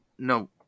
No